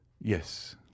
Yes